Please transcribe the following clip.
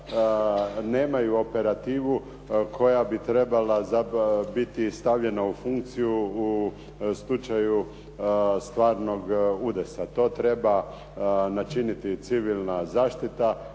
nemaju operativu koja bi trebala biti stavljena u funkciju u slučaju stvarnog udesa. To treba načiniti civilna zaštita,